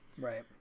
right